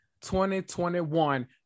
2021